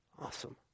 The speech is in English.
Awesome